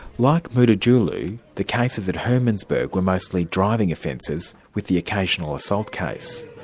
like mutitjulu, the cases at hermannsburg were mostly driving offences with the occasional assault case.